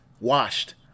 Washed